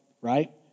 right